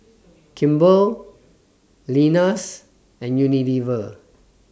Kimball Lenas and Unilever